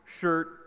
shirt